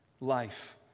life